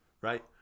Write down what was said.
right